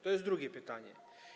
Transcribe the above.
To jest drugie pytanie.